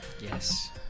Yes